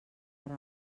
per